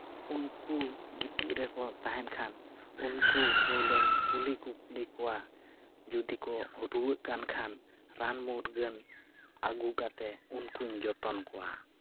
ᱩᱱᱠᱩ ᱜᱤᱛᱤᱡ ᱨᱮᱠᱚ ᱛᱟᱦᱮᱱ ᱠᱷᱟᱱ ᱩᱱᱠᱩ ᱯᱳᱭᱞᱳᱧ ᱠᱩᱞᱤ ᱠᱩᱯᱞᱤ ᱠᱚᱣᱟ ᱡᱩᱫᱤ ᱠᱚ ᱨᱩᱣᱟᱹᱜ ᱠᱟᱱ ᱠᱷᱟᱱ ᱨᱟᱱ ᱢᱩᱨᱜᱟᱹᱱ ᱟᱹᱜᱩ ᱠᱟᱛᱮᱫ ᱩᱱᱠᱩᱧ ᱡᱚᱛᱚᱱ ᱠᱚᱣᱟ